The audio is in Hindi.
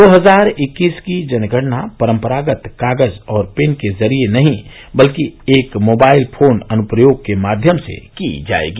दो हजार इक्कीस की जनगणना परंपरागत कागज और पेन के ज़रिए नहीं बल्कि एक मोबाइल फोन अनुप्रयोग के माध्यम से की जाएगी